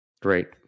Great